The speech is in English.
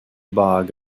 bug